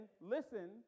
listen